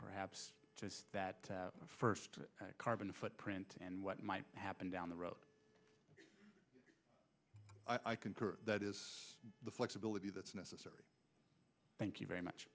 perhaps just that first carbon footprint and what might happen down the road i concur that is the flexibility that's necessary thank you very much